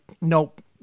nope